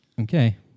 Okay